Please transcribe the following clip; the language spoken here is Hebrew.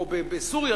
בסוריה,